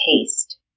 taste